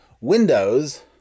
Windows